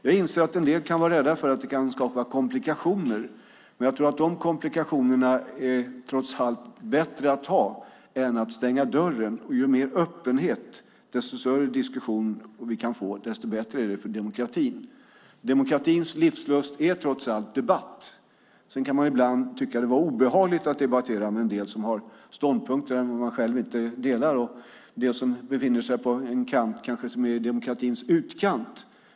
Jag inser att en del kan vara rädda för att det kan skapa komplikationer, men jag tror att det trots allt är bättre att ta de komplikationerna än att stänga dörren. Ju mer öppenhet och ju större diskussion vi kan få, desto bättre är det för demokratin. Demokratins livsluft är trots allt debatt. Sedan kan man ibland tycka att det är obehagligt att debattera med en del som har ståndpunkter som man själv inte delar och som kanske befinner sig i demokratins utkant.